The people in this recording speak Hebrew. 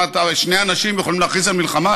שני אנשים יכולים להכריז על מלחמה.